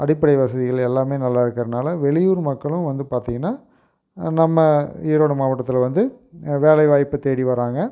அடிப்படை வசதிகள் எல்லாமே நல்லா இருக்கறதுனால வெளியூர் மக்களும் வந்து பார்த்திங்கன்னா நம்ம ஈரோடு மாவட்டத்தில் வந்து வேலைவாய்ப்பு தேடி வராங்க